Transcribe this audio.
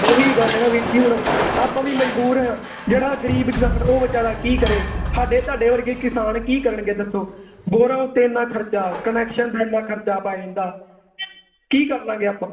ਉਹ ਵੀ ਗੱਲ ਹੈ ਨਾ ਵੀਰ ਜੀ ਹੁਣ ਆਪਾਂ ਵੀ ਮਜਬੂਰ ਆ ਜਿਹੜਾ ਗਰੀਬ ਕਿਸਾਨ ਉਹ ਵਿਚਾਰਾ ਕੀ ਕਰੇ ਸਾਡੇ ਤੁਹਾਡੇ ਵਰਗੇ ਕਿਸਾਨ ਕੀ ਕਰਨਗੇ ਦੱਸੋ ਬੋਰਾਂ ਉੱਤੇ ਇੰਨਾ ਖਰਚਾ ਕਨੈਕਸ਼ਨ ਦਾ ਇੰਨਾ ਖਰਚਾ ਪੈ ਜਾਂਦਾ ਕੀ ਕਰ ਲਾਂਗੇ ਆਪਾਂ